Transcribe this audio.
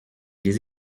les